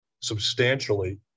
substantially